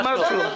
ממש לא.